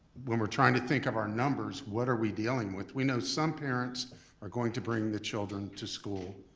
when we're trying to think of our numbers what are we dealing with? we know some parents are going to bring the children to school,